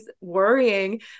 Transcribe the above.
worrying